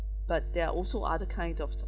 but there are also other kinds of